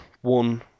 one